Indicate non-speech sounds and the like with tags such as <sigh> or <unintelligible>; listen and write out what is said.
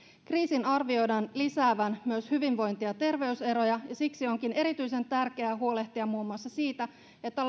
kriisin arvioidaan lisäävän myös hyvinvointi ja terveyseroja ja siksi onkin erityisen tärkeää huolehtia muun muassa siitä että <unintelligible>